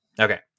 okay